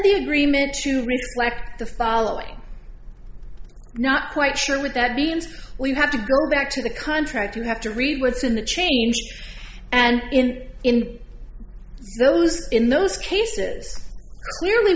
the agreement to reflect the following not quite sure would that be and we have to go back to the contract you have to read what's in the change and in in those in those cases